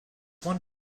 one